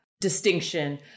distinction